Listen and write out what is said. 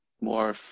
more